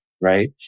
right